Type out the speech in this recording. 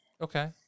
okay